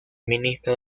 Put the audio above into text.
ministro